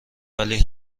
ولی